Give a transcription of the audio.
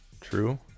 True